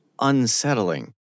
unsettling